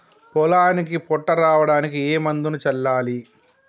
పొలానికి పొట్ట రావడానికి ఏ మందును చల్లాలి?